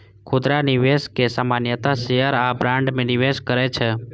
खुदरा निवेशक सामान्यतः शेयर आ बॉन्ड मे निवेश करै छै